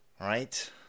Right